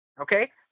okay